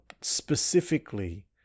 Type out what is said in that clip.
specifically